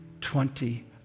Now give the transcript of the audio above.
twenty